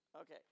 Okay